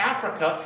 Africa